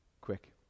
Quick